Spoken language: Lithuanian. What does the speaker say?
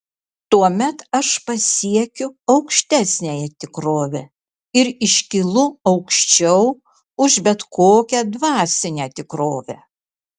tuomet aš pasiekiu aukštesniąją tikrovę ir iškylu aukščiau už bet kokią dvasinę tikrovę